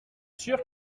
sûr